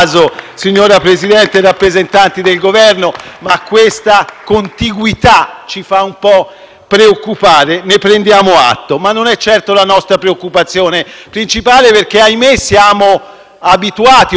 Gruppo PD)*. Ne prendiamo atto, ma non è certo la nostra preoccupazione principale, perché - ahimè - siamo abituati ormai da questa maggioranza a meccanismi di *do ut des*, cioè di scambio di